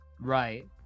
right